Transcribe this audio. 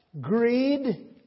greed